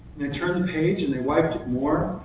they turned the page, and they wiped it more,